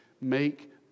make